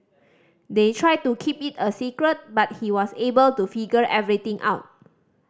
they tried to keep it a secret but he was able to figure everything out